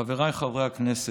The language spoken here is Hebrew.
חבריי חברי הכנסת,